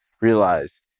realize